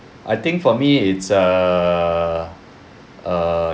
I think for me it's err err